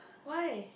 why